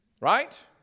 Right